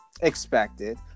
Expected